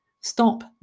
stop